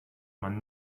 man